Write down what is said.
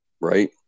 Right